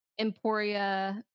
Emporia